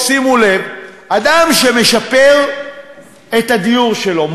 שימו לב אדם שמשפר את הדיור שלו,